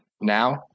now